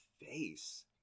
face